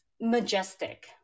majestic